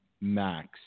max